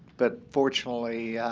but fortunately,